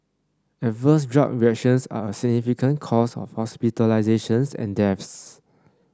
adverse drug reactions are a significant cause of hospitalisations and deaths